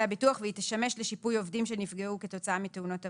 הביטוח והיא תשמש לשיפוי עובדים שנפגעו כתוצאה מתאונות עבודה.